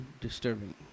disturbing